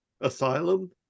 Asylum